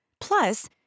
Plus